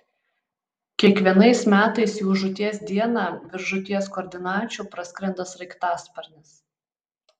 kiekvienais metais jų žūties dieną virš žūties koordinačių praskrenda sraigtasparnis